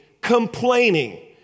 complaining